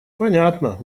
понятно